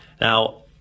Now